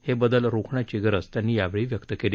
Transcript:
हे बदल रोखण्याची गरज त्यांनी यावेळी व्यक्त केली